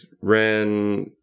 ran